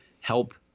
help